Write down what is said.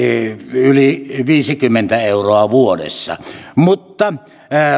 yli viisikymmentä euroa vuodessa mutta